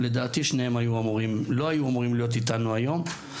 לדעתי שניהם לא היו אמורים להיות איתנו היום.